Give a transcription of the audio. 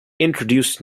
introduced